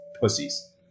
pussies